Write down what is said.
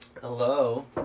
Hello